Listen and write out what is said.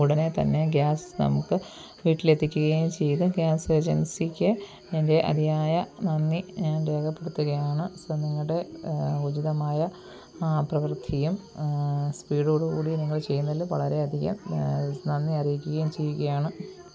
ഉടനെ തന്നെ ഗ്യാസ് നമുക്ക് വീട്ടിലെത്തിക്കുകയും ചെയ്ത ഗ്യാസേജൻസിക്ക് എൻ്റെ അതിയായ നന്ദി ഞാൻ രേഖപ്പെടുത്തുകയാണ് സോ നിങ്ങളുടെ ഉചിതമായ പ്രവൃത്തിയും സ്പീഡോടു കൂടി നിങ്ങൾ ചെയ്യുന്നതില് വളരെ അധികം നന്ദി അറിയിക്കുകയും ചെയ്യുകയാണ്